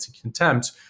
contempt